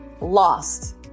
lost